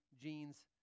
jeans